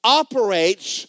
operates